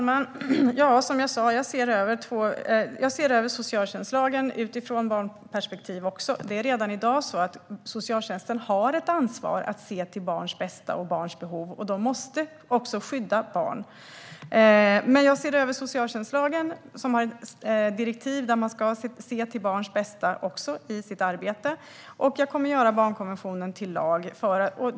Herr talman! Som jag sa ser jag över socialtjänstlagen utifrån barnperspektiv också. Redan i dag har socialtjänsten ett ansvar att se till barns bästa och till barns behov, och de måste också skydda barn. Jag ser över socialtjänstlagen som har direktiv om att man i sitt arbete ska se till barns bästa, och jag kommer att göra barnkonventionen till lag.